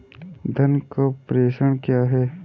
धन का प्रेषण क्या है?